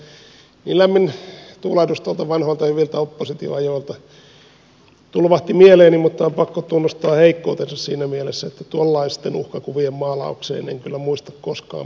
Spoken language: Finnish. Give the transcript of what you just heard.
lämmin tuulahdus tuolta vanhoilta hyviltä oppositioajoilta tulvahti mieleeni mutta on pakko tunnustaa heikkoutensa siinä mielessä että tuollaisten uhkakuvien maalaukseen en kyllä muista koskaan pystyneeni